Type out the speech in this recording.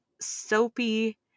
soapy